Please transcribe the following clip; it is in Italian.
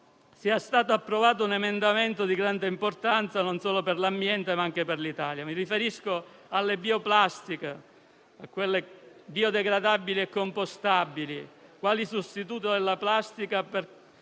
sia stato approvato un emendamento di grande importanza, non solo per l'ambiente ma anche per l'Italia: mi riferisco alle bioplastiche, quelle biodegradabili e compostabili, quali sostituto della plastica